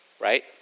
right